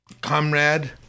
comrade